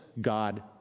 God